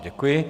Děkuji.